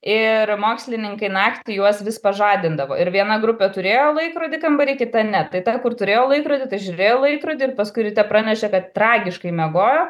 ir mokslininkai naktį juos vis pažadindavo ir viena grupė turėjo laikrodį kambary kita ne tai ta kur turėjo laikrodį tai žiūrėjo į laikrodį ir paskui ryte pranešė kad tragiškai miegojo